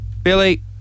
Billy